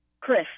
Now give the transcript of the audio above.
Chris